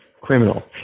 criminal